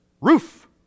Roof